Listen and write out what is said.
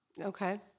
Okay